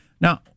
Now